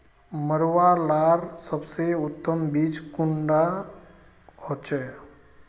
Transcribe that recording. मरुआ लार सबसे उत्तम बीज कुंडा होचए?